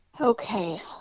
Okay